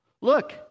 look